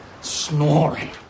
snoring